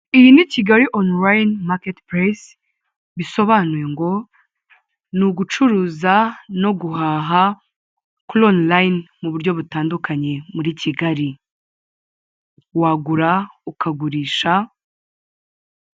Iyi ni kigali onulayini maketi pulasi bisobanuwe ngo ni ugucuruza no guhaha kuri onulayini mu buryo butandukanye muri Kigali wagura ukagurisha.